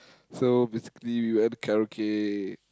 so basically we went karaoke